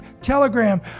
Telegram